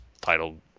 titled